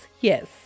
Yes